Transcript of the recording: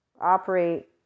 operate